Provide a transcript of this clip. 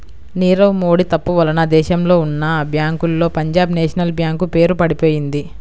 నీరవ్ మోడీ తప్పు వలన దేశంలో ఉన్నా బ్యేంకుల్లో పంజాబ్ నేషనల్ బ్యేంకు పేరు పడిపొయింది